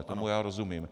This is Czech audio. Tomu já rozumím.